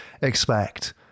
expect